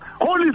holy